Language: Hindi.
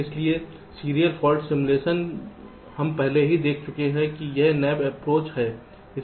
इसलिए सीरियल फॉल्ट सिमुलेशन हम पहले ही देख चुके हैं कि यह नैव अप्रोच है